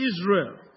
Israel